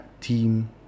team